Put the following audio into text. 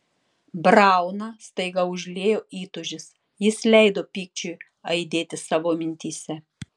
brauną staiga užliejo įtūžis jis leido pykčiui aidėti savo mintyse